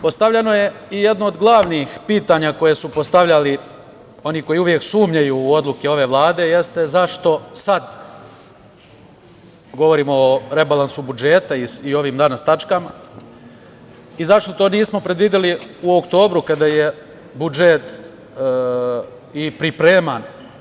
Postavljeno je i jedno od glavnih pitanja koje su postavljali oni koji uvek sumnjaju u odluke ove Vlade, jeste zašto sad govorimo o rebalansu budžeta i ovim danas tačkama, i zašto to nismo predvideli u oktobru kada je budžet i pripreman?